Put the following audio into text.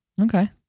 Okay